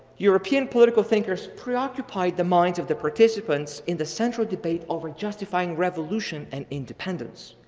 european political thinkers preoccupied the minds of the participants in the central debate over justifying revolution and independence.